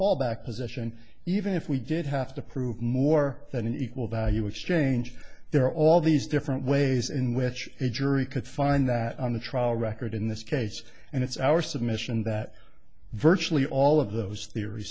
fallback position even if we did have to prove more than equal value with change there are all these different ways in which a jury could find that on a trial record in this case and it's our submission that virtually all of those theor